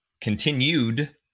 continued